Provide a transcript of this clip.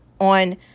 on